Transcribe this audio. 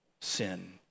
sin